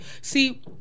See